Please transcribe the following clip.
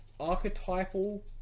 Archetypal